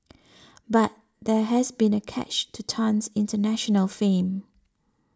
but there has been a catch to Tan's international fame